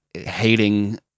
hating